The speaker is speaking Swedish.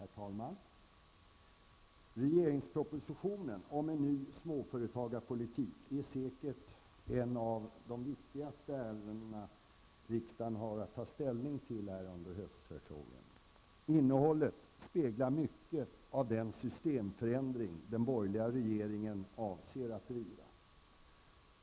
Herr talman! Regeringspropositionen om en ny småföretagarpolitik är säkert ett av de viktigaste ärenden riksdagen har att ta ställning till under höstsessionen. Innehållet speglar mycket av den systemförändring som den borgerliga regeringen avser att driva.